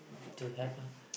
to have ah